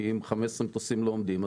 כי אם 15 מטוסים לא עובדים,